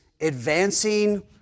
advancing